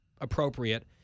appropriate